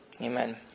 Amen